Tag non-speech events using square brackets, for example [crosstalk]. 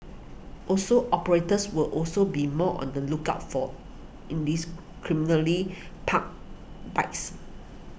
also operators will also be more on the lookout for [unintelligible] parked bikes